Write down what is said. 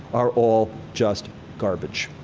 are all just garbage.